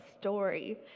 story